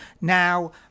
Now